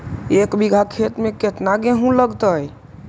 एक बिघा खेत में केतना गेहूं लगतै?